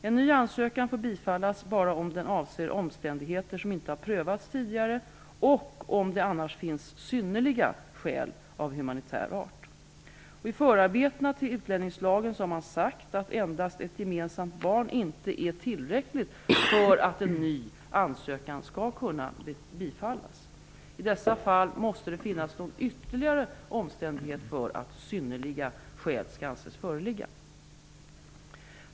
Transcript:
En ny ansökan får bifallas bara om den avser omständigheter som inte prövats tidigare och om det annars finns ''synnerliga skäl'' av humanitär art. I förarbetena till utlänningslagen har man sagt att endast ett gemensamt barn inte är tillräckligt för att en ny ansökan skall kunna bifallas. I dessa fall måste det finnas någon ytterligare omständighet för att ''synnerliga skäl'' skall anses föreligga.